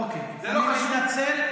אוקיי, אני מתנצל.